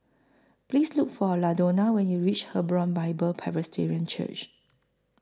Please Look For Ladonna when YOU REACH Hebron Bible Presbyterian Church